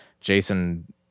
Jason